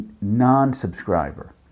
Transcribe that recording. non-subscriber